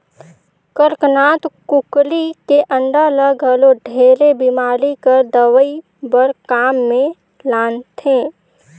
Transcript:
कड़कनाथ कुकरी के अंडा ल घलो ढेरे बेमारी कर दवई बर काम मे लानथे